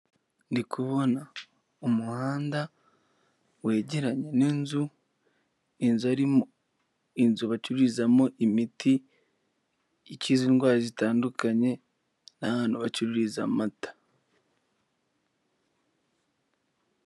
Ndi kubona umuhanda wegeranye n'inzu, inzu ari inzu bacururizamo imiti ikiza indwara zitandukanye, n'ahantu bacururiza amata.